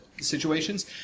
situations